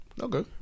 Okay